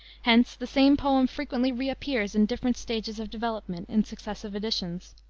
hence the same poem frequently reappears in different stages of development in successive editions.